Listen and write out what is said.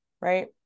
Right